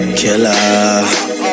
killer